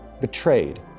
betrayed